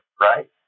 right